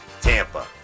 Tampa